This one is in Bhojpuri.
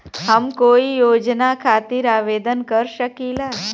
हम कोई योजना खातिर आवेदन कर सकीला?